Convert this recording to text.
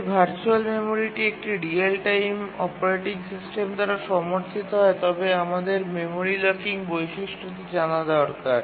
যদি ভার্চুয়াল মেমরিটি একটি রিয়েল টাইম অপারেটিং সিস্টেম দ্বারা সমর্থিত হয় তবে আমাদের মেমরি লকিং বৈশিষ্ট্যটি জানা দরকার